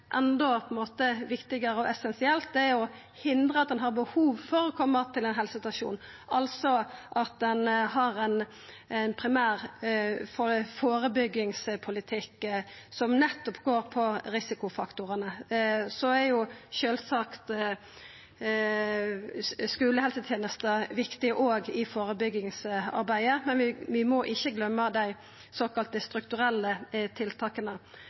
viktigare og essensielt, er å hindra at ein har behov for å koma til ein helsestasjon, altså at ein har ein primær førebyggingspolitikk som nettopp handlar om risikofaktorane. Så er sjølvsagt skulehelsetenesta viktig òg i førebyggingsarbeidet, men vi må ikkje gløyma dei såkalla strukturelle tiltaka.